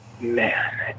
Man